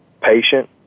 patient